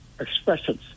expressions